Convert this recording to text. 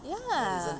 ya